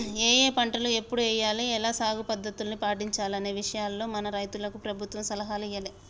ఏఏ పంటలు ఎప్పుడు ఎయ్యాల, ఎలా సాగు పద్ధతుల్ని పాటించాలనే విషయాల్లో మన రైతులకు ప్రభుత్వం సలహాలు ఇయ్యాలే